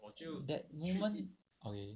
that woman